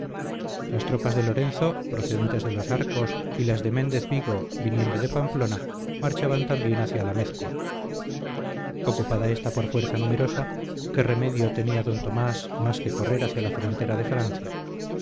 las tropas de lorenzo procedentes de los arcos y las de méndez vigo viniendo de pamplona marchaban también hacia la amézcoa ocupada ésta por fuerza numerosa qué remedio tenía d tomás más que correr hacia la frontera de francia